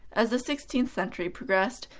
as the sixteenth century progress,